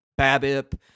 BABIP